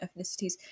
ethnicities